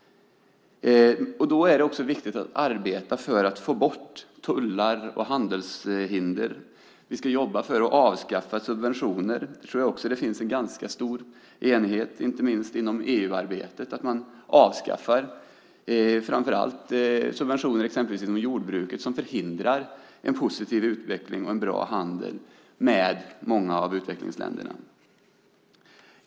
Då är det också viktigt att arbeta för att få bort tullar och handelshinder. Vi ska jobba för att avskaffa subventioner. Jag tror att det finns en ganska stor enighet, inte minst inom EU-arbetet, om att man avskaffar framför allt subventioner exempelvis inom jordbruket som förhindrar en positiv utveckling och en bra handel med många av utvecklingsländerna.